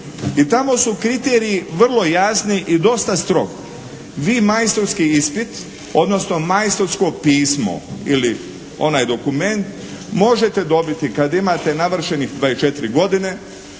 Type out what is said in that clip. i tamo su kriteriji vrlo jasni i dosta strogi. Vi majstorski ispit, odnosno majstorsko pismo ili onaj dokument možete dobiti kad imate navršenih 24 godine,